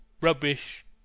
rubbish